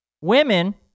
women